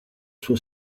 suo